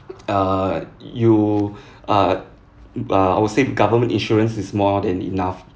uh you uh uh I would say government insurance is more than enough